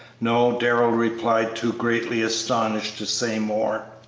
no, darrell replied, too greatly astonished to say more.